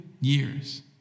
years